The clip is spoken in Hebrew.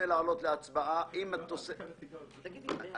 לגבי הסיגרים זה